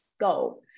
go